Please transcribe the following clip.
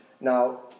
Now